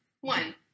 one